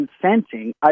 consenting